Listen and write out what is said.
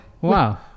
Wow